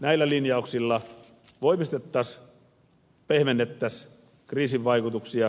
näillä linjauksilla pehmennettäisiin kriisin vaikutuksia